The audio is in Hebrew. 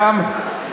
welcome,